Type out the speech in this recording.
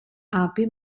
api